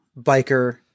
biker